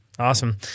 Awesome